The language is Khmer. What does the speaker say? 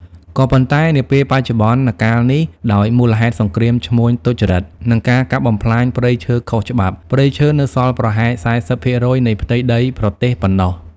ក៏ប៉ុន្តែនាពេលបច្ចុប្បន្នកាលនេះ ដោយមូលហេតុសង្គ្រាមឈ្មួញទុច្ចរិត និងការកាប់បំផ្លាញព្រៃឈើខុសច្បាប់ ព្រៃឈើនៅសល់ប្រហែល៤០%នៃផ្ទៃប្រទេសប៉ុណ្ណោះ។